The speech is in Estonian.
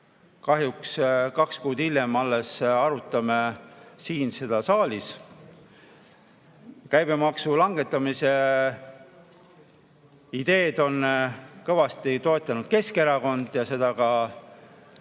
Kahjuks kaks kuud hiljem alles arutame seda siin saalis. Käibemaksu langetamise ideed on kõvasti toetanud Keskerakond ja seda on ka